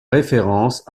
référence